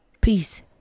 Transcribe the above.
Peace